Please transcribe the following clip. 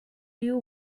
you